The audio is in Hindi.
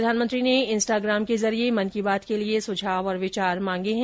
प्रधानमंत्री ने इंस्टाग्राम के जरिये मन की बात के लिए सुझाव और विचार मांगे हैं